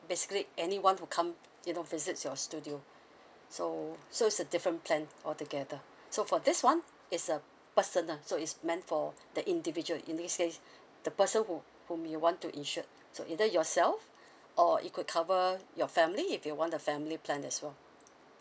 basically anyone who come you know visits your studio so so it's a different plan altogether so for this one it's a personal so it's meant for the individual in this case the person who who may want to insured so either yourself or it could cover your family if you want the family plan as well